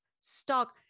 stock